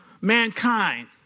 mankind